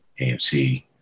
AMC